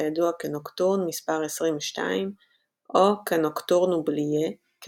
הידוע כנוקטורן מספר 22 או כ (Nocturne oublié(e ,